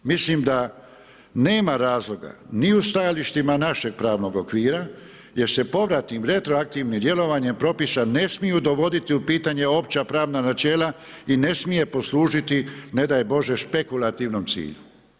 Mislim da nema razloga ni u stajalištima našeg pravnog okvira jer se povratnim retroaktivnim djelovanjem propisa ne smiju dovoditi u pitanje opća pravna načela i ne smije poslužiti ne daj Bože špekulativnom cilju.